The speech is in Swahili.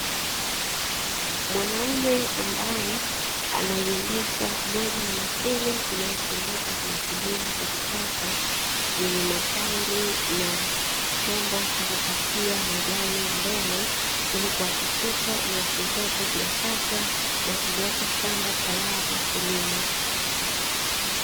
Mwanaume ambaye anaiendesha moja ya mashine inayotumika kwenye kilimo cha kisasa, yenye matairi na chombo cha kukatia majani mbele, ili kuhakikisha nyasi zote zinakatwa, na kuliacha shamba tayari kulimwa.